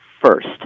first